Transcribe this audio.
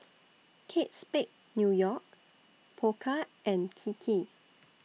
Kate Spade New York Pokka and Kiki